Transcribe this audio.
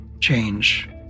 change